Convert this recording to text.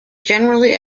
generally